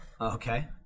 Okay